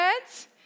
words